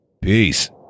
Peace